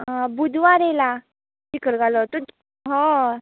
बुधवार येयला चिकलकालो हय